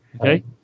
Okay